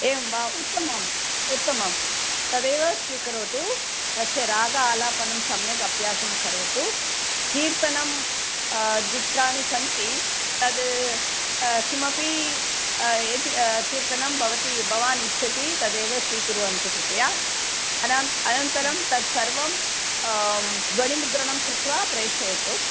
एवं वा उत्तमम् उत्तमं तदेव स्वीकरोतु तस्य राग आलापनं सम्यक् अभ्यासं करोतु कीर्तनं द्वित्रीणि सन्ति तत् किमपि यत् कीर्तनं भवति भवान् इच्छति तदेव स्वीकुर्वन्तु कृपया अनन्तरं तत् सर्वं ध्वनिमुद्रणं कृत्वा प्रेषयतु